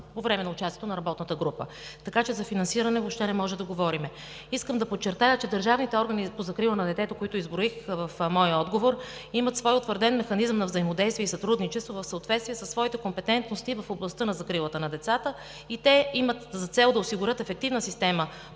канени за участие в работната група. Така че за финансиране въобще не може да говорим. Искам да подчертая, че държавните органи за закрила на детето, които изброих в моя отговор, имат свой утвърден механизъм на взаимодействие и сътрудничество в съответствие със своите компетентности в областта на закрилата на децата и имат за цел да осигурят ефективна система